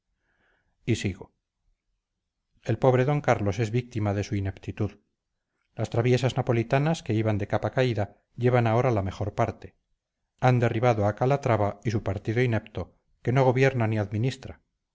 sigo el pobre d carlos es víctima de su ineptitud las traviesas napolitanas que iban de capa caída llevan ahora la mejor parte han derribado a calatrava y su partido inepto que no gobierna ni administra